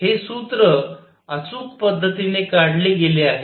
हे सूत्र अचूक पद्धतीने काढले गेले आहे